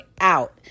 out